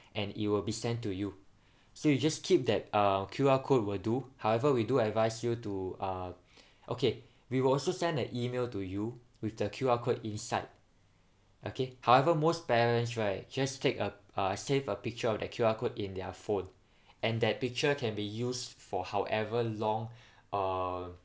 and it will be sent to you so you just keep that um Q_R code will do however we do advise you to uh okay we will also send an email to you with the Q_R code inside okay however most parents right just take a uh save a picture of that Q_R code in their phone and that picture can be used for however long uh